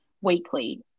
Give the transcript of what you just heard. weekly